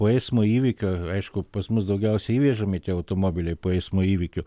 po eismo įvykio aišku pas mus daugiausia įvežami tie automobiliai po eismo įvykių